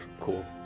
Cool